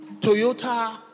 Toyota